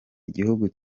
igihugu